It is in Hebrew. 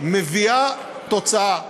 מביאה תוצאה.